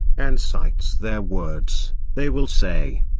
and cites their words they will say,